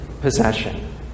possession